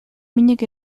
minik